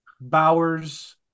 Bowers